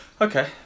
Okay